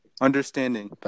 Understanding